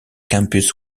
campus